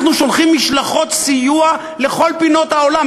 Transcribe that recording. אנחנו שולחים משלחות סיוע לכל פינות העולם.